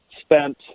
spent